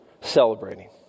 celebrating